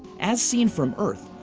as seen from earth,